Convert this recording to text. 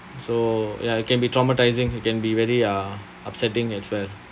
so ya it can be traumatising it can be very uh upsetting as well